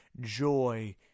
joy